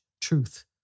truth